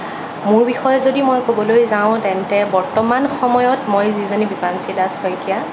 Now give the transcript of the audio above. মোৰ বিষয়ে যদি মই ক'বলৈ যাওঁ তেন্তে বৰ্তমান সময়ত মই যিজনী বিপাংশী দাস শইকীয়া